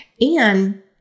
And-